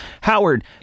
Howard